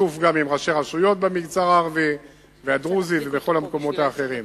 בשיתוף עם ראשי רשויות במגזר הערבי והדרוזי ובכל המקומות האחרים.